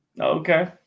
Okay